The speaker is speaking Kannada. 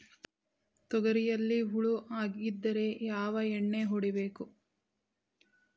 ತೊಗರಿಯಲ್ಲಿ ಹುಳ ಆಗಿದ್ದರೆ ಯಾವ ಎಣ್ಣೆ ಹೊಡಿಬೇಕು?